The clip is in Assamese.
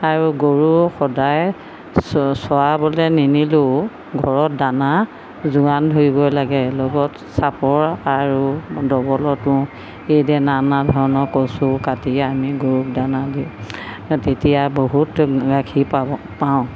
আৰু গৰু সদায় চৰাবলৈ নিনিলেও ঘৰত দানা যোগান ধৰিব লাগে লগত চাপৰ আৰু দবলৰ তুঁহ সেইদৰে না না ধৰণৰ কচু কাটি আনি গৰুক দানা দিওঁ তেতিয়া বহুত গাখীৰ পাওঁ